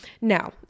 Now